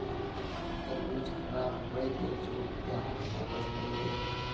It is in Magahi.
तरबूज खराब हइ गेल छोक, यहाक वापस करे दे